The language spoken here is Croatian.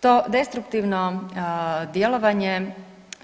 To destruktivno djelovanje